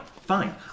fine